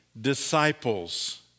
disciples